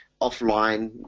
offline